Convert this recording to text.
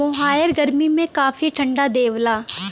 मोहायर गरमी में काफी ठंडा देवला